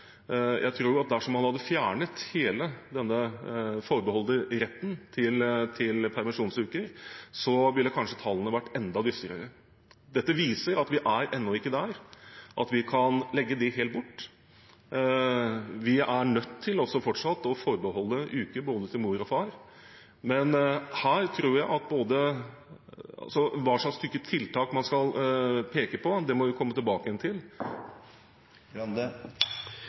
Jeg tror at dersom man hadde fjernet hele denne forbeholdte retten til permisjonsuker, ville kanskje tallene vært enda dystrere. Dette viser at vi ennå ikke er der at vi kan legge det helt bort. Vi er nødt til fortsatt å forbeholde uker til både mor og far, men her tror jeg at hva slags type tiltak man skal peke på, må vi komme tilbake til.